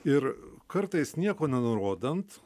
ir kartais nieko nenurodant